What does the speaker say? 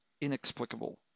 inexplicable